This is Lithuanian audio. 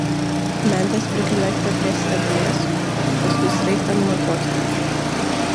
mentes priklijuokite prie stebulės o paskui sraigtą nulakuokite